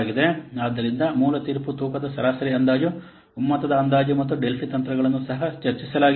ಆದ್ದರಿಂದ ಮೂಲ ತೀರ್ಪು ತೂಕದ ಸರಾಸರಿ ಅಂದಾಜು ಒಮ್ಮತದ ಅಂದಾಜು ಮತ್ತು ಡೆಲ್ಫಿ ತಂತ್ರಗಳನ್ನು ಸಹ ಚರ್ಚಿಸಲಾಗಿದೆ